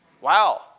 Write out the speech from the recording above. Wow